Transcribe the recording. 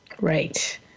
Right